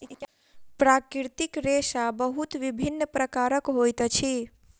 प्राकृतिक रेशा बहुत विभिन्न प्रकारक होइत अछि